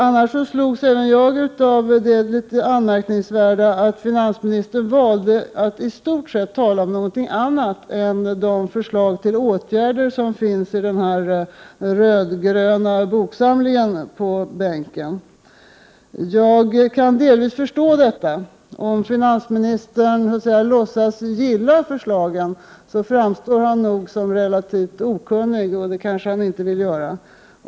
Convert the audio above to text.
Annars slogs jag av det litet anmärkningsvärda i att finansministern valde att i stort sett tala om någonting annat än de förslag till åtgärder som finns i den rödgröna boksamlingen på bänkarna. Jag kan delvis förstå detta. Om finansministern låtsas gilla förslagen, framstår han nog som relativt okunnig, och det kanske han inte vill göra.